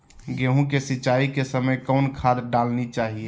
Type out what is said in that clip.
गेंहू के सिंचाई के समय कौन खाद डालनी चाइये?